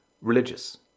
religious